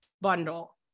bundle